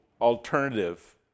alternative